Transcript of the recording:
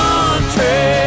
Country